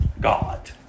God